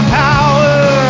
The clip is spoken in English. power